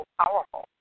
powerful